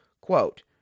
Quote